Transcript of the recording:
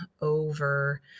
over